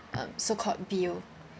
um so called bill